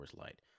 Light